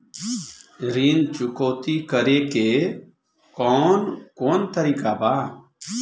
ऋण चुकौती करेके कौन कोन तरीका बा?